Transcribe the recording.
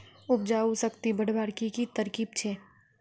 उपजाऊ शक्ति बढ़वार की की तरकीब छे?